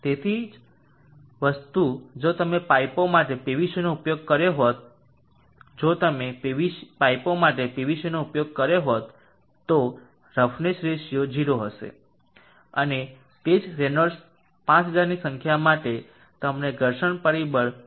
તે જ વસ્તુ જો તમે પાઈપો માટે પીવીસીનો ઉપયોગ કર્યો હોત જો તમે પાઈપો માટે પીવીસીનો ઉપયોગ કર્યો હોત તો રફનેસ રેશિયો 0 હશે અને તે જ રેનોલ્ડ્સ 5000 ની સંખ્યા માટે તમને ઘર્ષણ પરિબળ 0